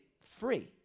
free